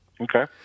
Okay